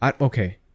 okay